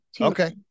Okay